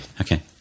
okay